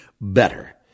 better